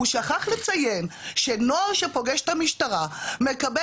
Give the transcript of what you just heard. הוא שכח לציין שנוער שפוגש את המשטרה מקבל